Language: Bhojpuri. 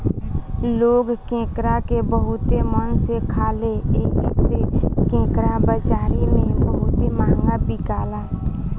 लोग केकड़ा के बहुते मन से खाले एही से केकड़ा बाजारी में बहुते महंगा बिकाला